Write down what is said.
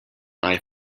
eye